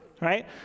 right